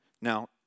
Now